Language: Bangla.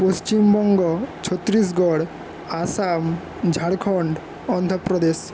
পশ্চিমবঙ্গ ছত্রিশগড় আসাম ঝাড়খণ্ড অন্ধ্রপ্রদেশ